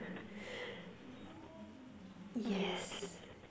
yes